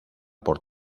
por